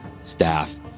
staff